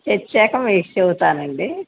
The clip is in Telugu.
తెచ్చాక మీకు చెప్తానండి